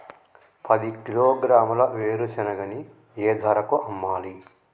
పది కిలోగ్రాముల వేరుశనగని ఏ ధరకు అమ్మాలి?